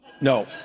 no